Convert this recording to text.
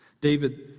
David